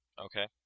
Okay